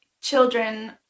children